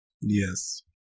Yes